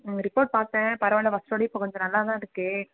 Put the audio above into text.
உங்கள் ரிப்போர்ட் பார்த்தேன் பரவால ஃபர்ஸ்ட்டோடையும் இப்போ கொஞ்சம் நல்லா தான் இருக்கு